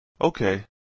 Okay